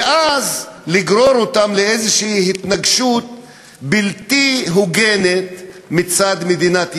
ואז לגרור אותם לאיזו התנגשות בלתי הוגנת מצד מדינת ישראל,